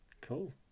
Cool